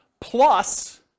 plus